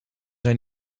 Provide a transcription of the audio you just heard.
zijn